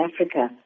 Africa